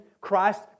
Christ